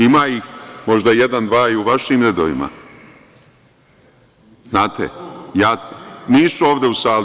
Ima ih možda jedan, dva i u vašim redovima, znate, nisu ovde u sali.